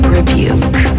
Rebuke